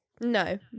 No